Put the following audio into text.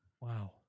Wow